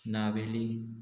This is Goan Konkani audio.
नावेली